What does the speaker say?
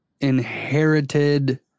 inherited